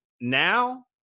now